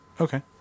Okay